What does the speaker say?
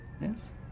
Yes